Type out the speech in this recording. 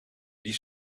die